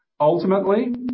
Ultimately